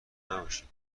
نباشین